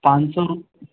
पाँच सौ रु